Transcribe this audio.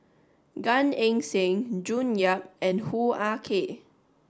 Gan Eng Seng June Yap and Hoo Ah Kay